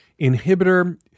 inhibitor